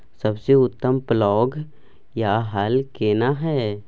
सबसे उत्तम पलौघ या हल केना हय?